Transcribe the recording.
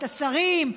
את השרים,